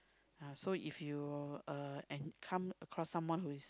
uh so if you uh and come across someone who is